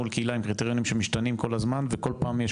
מול קהילה עם קריטריונים שמשתנים כל הזמן וכל פעם יש